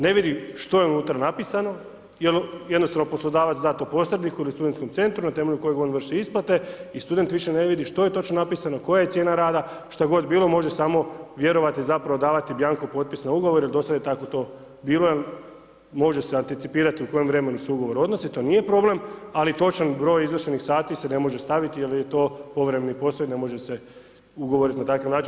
Ne vidi što je unutra napisano, jer jednostavno poslodavac da to posredniku ili studentom centru, na temelju kojeg on vrši isplate i student više ne vidi što je točno napisano, koja je cijena rada, šta god bilo, može samo vjerovati zapravo, davati bianco potpise na ugovore, jer do sada je to tako bilo, jer može se anticipirati u kojem vremenu se ugovor odnosi, to nije problem, ali točan broj izvršenih sati se ne može staviti, jer je to povremeni posao i ne može se ugovoriti na takav način.